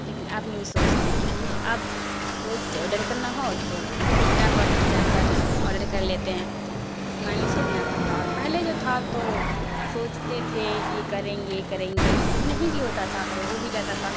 لیکن اب نہیں سوچتے کیونکہ اب کوئی چیز آڈر کرنا ہو تو پھٹا پھٹ جا کر آڈر کر لیتے ہیں اتنا نہیں سوچنا پڑتا اور پہلے جو تھا تو سوچتے تھے یہ کریں گے کریں گے اور نہیں بھی ہوتا تھا اور ہو بھی جاتا تھا